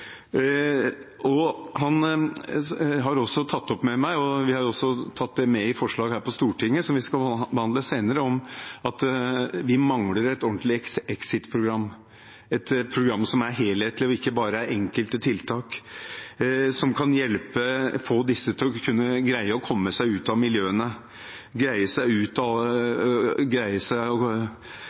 har også tatt opp med meg – og vi har også tatt det med i et forslag her på Stortinget som vi skal behandle senere – at vi mangler et ordentlig exit-program, et program som er helhetlig og ikke bare er enkelte tiltak, som kan få disse til å greie å komme seg ut av miljøene, til å greie å unngå alle disse forpliktelsene, all den lojaliteten, alle de hevnsakene og